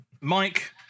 Mike